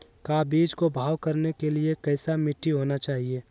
का बीज को भाव करने के लिए कैसा मिट्टी होना चाहिए?